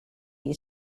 you